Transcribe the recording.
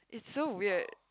so weird